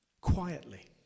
quietly